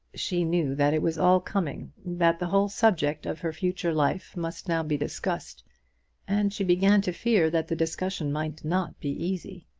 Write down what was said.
she knew that it was all coming that the whole subject of her future life must now be discussed and she began to fear that the discussion might not be easy.